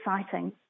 exciting